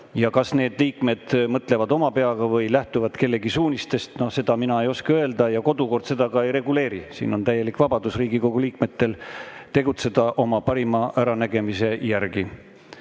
Kas need liikmed mõtlevad oma peaga või lähtuvad kellegi suunistest, seda mina ei oska öelda. Ja kodukord seda ka ei reguleeri. Siin on Riigikogu liikmetel täielik vabadus tegutseda oma parima äranägemise järgi.